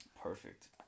Perfect